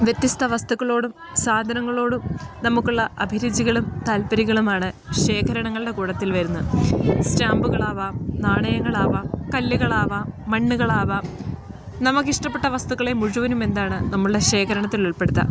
വ്യത്യസ്ത വസ്തുക്കളോടും സാധനങ്ങളോടും നമുക്ക് ഉള്ള അഭിരുചികളും താല്പര്യങ്ങളുമാണ് ശേഖരണങ്ങളുടെ കൂട്ടത്തിൽ വരുന്ന സ്റ്റാമ്പുകളാവാം നാണയങ്ങളാവാം കല്ല്കളാവാം മണ്ണ്കളാവാം നമുക്ക് ഇഷ്ടപ്പെട്ട വസ്തുക്കളെ മുഴുവനും എന്താണ് നമ്മളുടെ ശേഖരണത്തിൽ ഉൾപ്പെടുത്താം